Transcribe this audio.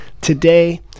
Today